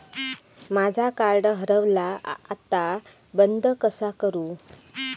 माझा कार्ड हरवला आता बंद कसा करू?